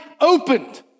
opened